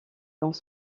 dans